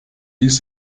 ließ